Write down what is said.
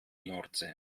nordsee